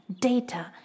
data